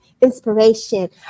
inspiration